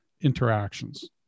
interactions